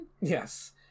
yes